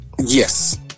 Yes